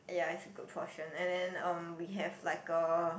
ya is a good portion and then um we have like a